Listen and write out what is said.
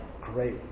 great